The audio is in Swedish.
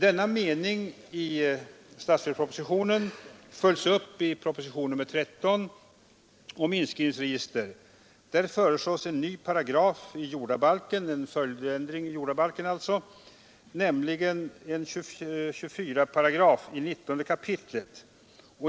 Denna mening i statsverkspropositionen följs upp i proposition 13 om inskrivningsregister. Där föreslås en ny paragraf i jordabalken — en följdändring alltså — nämligen 24 § i 19 kap.